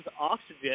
oxygen